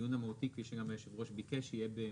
הדיון המהותי, כפי שהיושב-ראש ביקש,